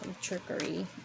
trickery